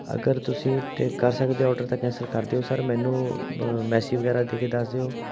ਅਗਰ ਤੁਸੀਂ ਤੇ ਕਰ ਸਕਦੇ ਆਰਡਰ ਤਾਂ ਕੈਂਸਲ ਕਰ ਦਿਓ ਸਰ ਮੈਨੂੰ ਮੈਸਜ ਵਗੈਰਾ ਦੇ ਕੇ ਦੱਸ ਦਿਓ